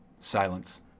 Silence